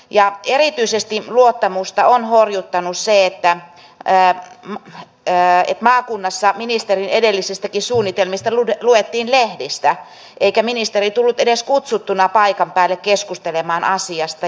ja erityisesti luottamusta on horjuttanut se että maakunnassa ministerin edellisistäkin suunnitelmista luettiin lehdistä eikä ministeri tullut edes kutsuttuna paikan päälle keskustelemaan asiasta